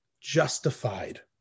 justified